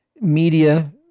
media